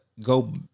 go